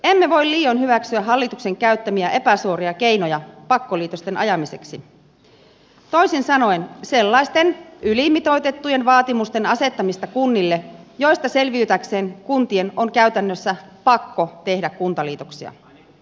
emme voi liioin hyväksyä hallituksen käyttämiä epäsuoria keinoja pakkoliitosten ajamiseksi toisin sanoen sellaisten ylimitoitettujen vaatimusten asettamista kunnille joista selviytyäkseen kuntien on käytännössä pakko tehdä kuntaliitoksia